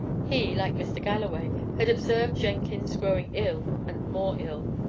he, like mr. galloway, had observed jenkins growing ill and more ill.